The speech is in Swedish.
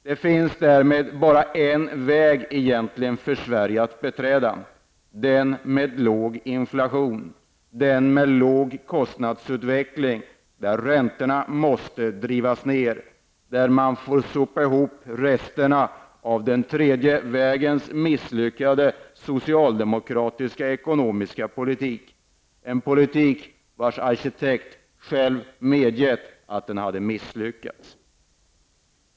Det finns därmed egentligen bara en väg för Sverige att beträda, nämligen den som innebär låg inflation och låg kostnadsutveckling, där räntorna måste drivas ned, och där man får sopa ihop resterna av den tredje vägens misslyckade socialdemokratiska ekonomiska politik, en politik vars arkitekt själv medgett att den misslyckats.